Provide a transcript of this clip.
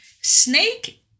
Snake